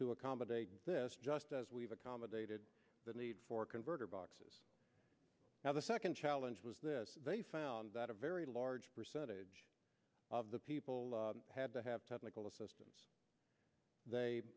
to accommodate this just as we've accommodated the need for converter boxes now the second challenge was this they found that a very large percentage of the people had to have technical assistance they